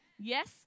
Yes